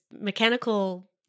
mechanical